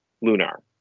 Lunar